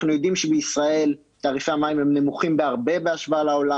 אנחנו יודעים שבישראל תעריפי המים הם נמוכים בהרבה בהשוואה לעולם.